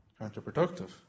counterproductive